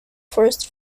first